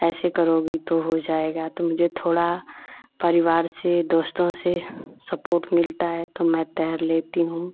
ऐसे करोगी तो हो जाएगा तो मुझे थोड़ा परिवार से दोस्तों से सपोर्ट मिलता है तो मैं तैर लेती हूँ